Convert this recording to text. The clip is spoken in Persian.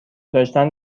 داشتن